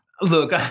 look